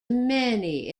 many